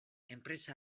enpresa